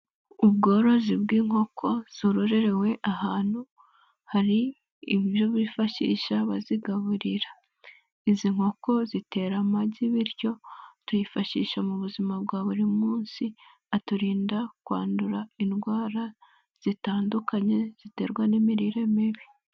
Ubworozi bw'inkoko zororererewe ahantu hari ibyo bifashisha bazigaburira, izi nkoko zitera amagi bityo tuyifashisha mu buzima bwa buri munsi, aturinda kwandura indwara zitandukanye ziterwa n'imirire mibi.